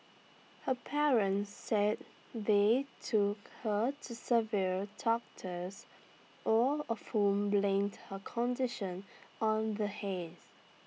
her parents said they took her to several doctors all of whom blamed her condition on the haze